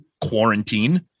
Quarantine